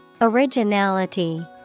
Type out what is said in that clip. Originality